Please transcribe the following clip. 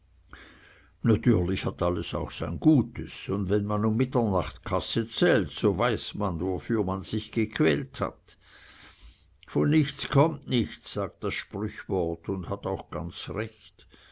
natürlich hat alles auch sein gutes und wenn man um mitternacht kasse zählt so weiß man wofür man sich gequält hat von nichts kommt nichts sagt das sprüchwort und hat auch ganz recht